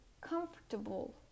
comfortable